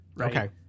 Okay